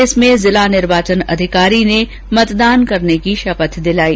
इसमें जिला निर्वाचन अधिकारी ने मतदान करने की शपथ दिलाई